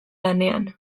lanean